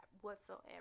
whatsoever